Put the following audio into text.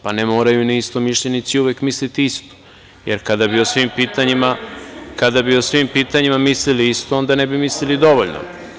Pa, ne moraju ni istomišljenici uvek misliti isto, jer kada bi o svim pitanjima mislili isto onda ne bi mislili dovoljno.